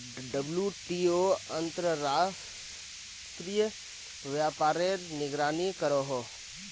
WTO अंतर्राश्त्रिये व्यापारेर निगरानी करोहो